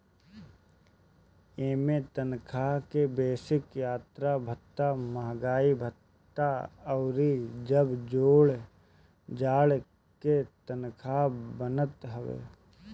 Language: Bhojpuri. इमें तनखा के बेसिक, यात्रा भत्ता, महंगाई भत्ता अउरी जब जोड़ जाड़ के तनखा बनत हवे